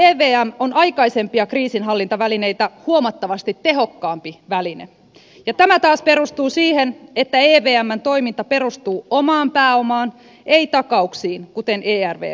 silti evm on aikaisempia kriisinhallintavälineitä huomattavasti tehokkaampi väline ja tämä taas perustuu siihen että evmn toiminta perustuu omaan pääomaan ei takauksiin kuten ervvssä